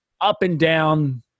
up-and-down